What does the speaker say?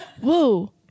Whoa